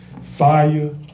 fire